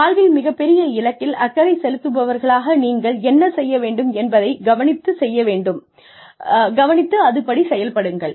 வாழ்வில் மிகப்பெரிய இலக்கில் அக்கறை செலுத்துவதற்காக நீங்கள் என்ன செய்ய வேண்டும் என்பதைக் கவனித்து அதுபடி செயல்படுங்கள்